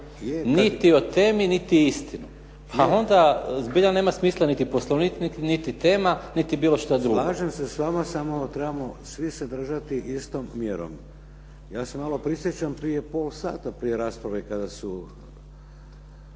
Niti o temi, niti istinu. Ali onda zbilja nema smisla niti poslovnik, niti tema, niti bilo šta drugo. **Šeks, Vladimir (HDZ)** Slažem se s vama, samo trebamo svi se držati istom mjerom. Ja se malo prisjećam pola sata prije rasprave kada su